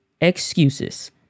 excuses